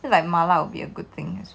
then like 麻辣 will be a good thing